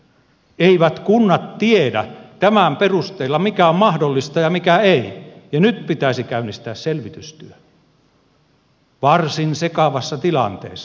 eivät kunnat tiedä tämän perusteella mikä on mahdollista ja mikä ei ja nyt pitäisi käynnistää selvitystyö varsin sekavassa tilanteessa